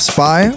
Spy